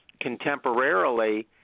contemporarily